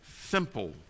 simple